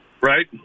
Right